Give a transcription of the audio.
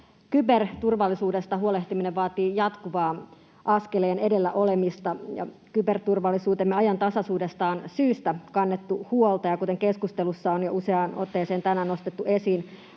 Kyberturvallisuudesta huolehtiminen vaatii jatkuvaa askeleen edellä olemista, ja kyberturvallisuutemme ajantasaisuudesta on syystä kannettu huolta. Kuten keskustelussa on jo useaan otteeseen tänään nostettu esiin,